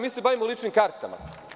Mi se bavimo ličnim kartama.